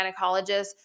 gynecologist